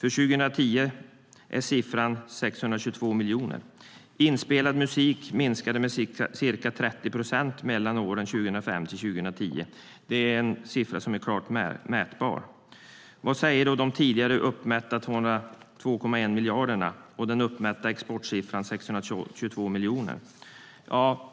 För 2010 var siffran 622 miljoner. Inspelad musik minskade med ca 30 procent mellan åren 2005 och 2010. Det är en siffra som är klart mätbar. Vad säger då de tidigare 2,1 uppmätta miljarderna och den uppmätta exportsiffran 622 miljoner?